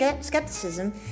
skepticism